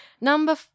Number